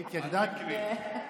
מי תופר?